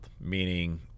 meaning